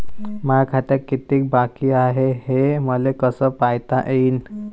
माया खात्यात कितीक बाकी हाय, हे मले कस पायता येईन?